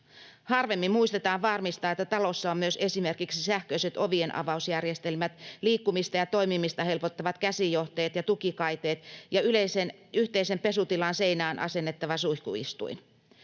harvemmin muistetaan varmistaa, että talossa on myös esimerkiksi sähköiset ovienavausjärjestelmät, liikkumista ja toimimista helpottavat käsijohteet ja tukikaiteet ja yhteisen pesutilan seinään asennettava suihkuistuin.